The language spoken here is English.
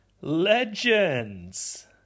Legends